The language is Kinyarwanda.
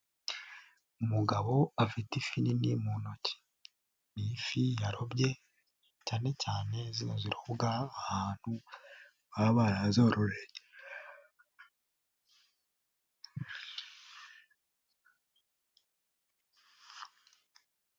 Umugabo afite ifi nini mu ntoki. Ni ifi yarobye, cyanecyane zino zirobwa ahantu baba barazororeye.